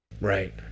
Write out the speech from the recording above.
Right